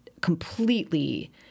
completely